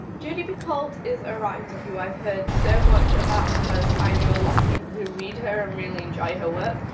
jodi picoult is a writer who i've heard so much about because i know a lot of people who read her and really enjoy her work.